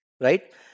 right